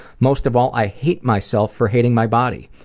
most of all, i hate myself for hating my body.